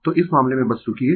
तो इस मामले में बस रूकिये